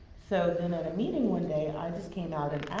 so then, at a meeting one day, i just came out and